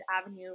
avenue